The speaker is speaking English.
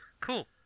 Cool